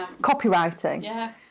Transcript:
copywriting